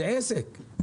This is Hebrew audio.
זה עסק.